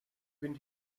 been